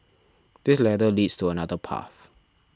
this ladder leads to another path